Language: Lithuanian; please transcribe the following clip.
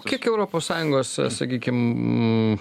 kiek europos sąjungos sakykim